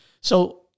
So-